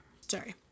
Sorry